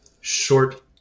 short